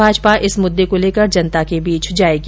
भाजपा इस मुद्दे को लेकर जनता के बीच जायेगी